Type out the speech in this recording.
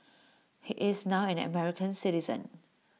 he is now an American citizen